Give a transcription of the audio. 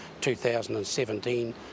2017